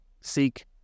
seek